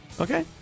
Okay